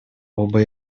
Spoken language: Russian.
оба